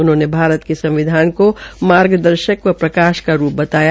उन्होंने भारत के संविधान को मार्गदर्शक व प्रकाश के रूप बताया